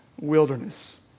wilderness